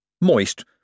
Moist